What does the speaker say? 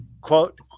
quote